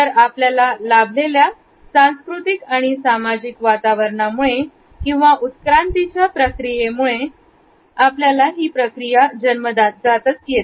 तर आपल्या सांस्कृतिक आणि सामाजिक वातावरणामुळे किंवा उत्क्रांतीच्या प्रक्रियेमुळे अभिव्यक्त होणे आपल्याला जन्मजात येते